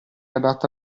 adatta